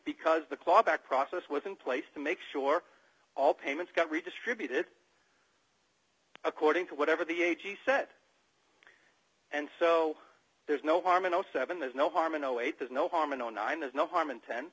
because the clawback process was in place to make sure all payments got redistributed according to whatever the a g said and so there's no harm in seven there's no harm in eight there's no harm in nine is no harm in ten